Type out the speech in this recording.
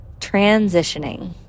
Transitioning